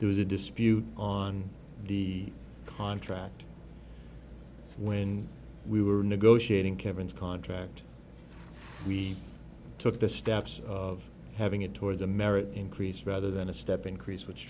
there was a dispute on the contract when we were negotiating kevin's contract we took the steps of having it towards a merit increase rather than a step increase which